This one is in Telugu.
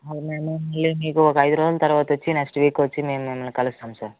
అవును నేను మళ్ళీ మీకు ఒక అయిదు రోజుల తర్వాత వచ్చి నెక్స్ట్ వీక్ వచ్చి నేను మిమ్మల్ని కలుస్తాను సార్